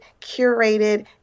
curated